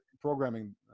programming